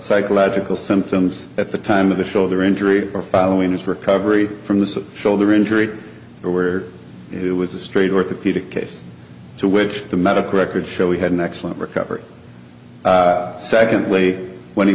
psychological symptoms at the time of the shoulder injury or following his recovery from the shoulder injury where it was a straight orthopedic case to which the medical records show he had an excellent recovery secondly when he